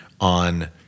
on